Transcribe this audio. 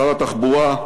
שר התחבורה,